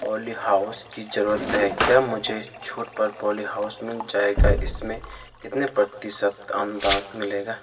प ॉलीहाउस की जरूरत है क्या मुझे छूट पर पॉलीहाउस मिल जाएगा इसमें कितने प्रतिशत अनुदान मिलेगा?